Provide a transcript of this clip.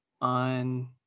on